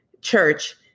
church